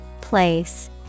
Place